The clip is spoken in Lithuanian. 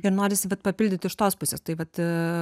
ir norisi vat papildyt iš tos pusės tai vat